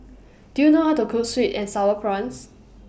Do YOU know How to Cook Sweet and Sour Prawns